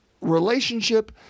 relationship